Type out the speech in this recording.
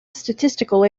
statistical